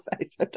face